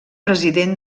president